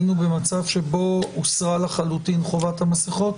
היינו במצב שבו הוסרה לחלוטין חובת המסכות?